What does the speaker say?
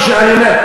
נסים,